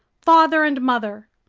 father, and mother!